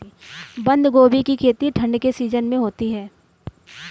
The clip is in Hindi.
बंद गोभी की खेती ठंड के सीजन में होती है